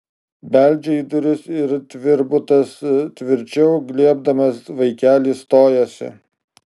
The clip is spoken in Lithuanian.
beldžia į duris ir tvirbutas tvirčiau glėbdamas vaikelį stojasi